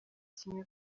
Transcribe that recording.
kimwe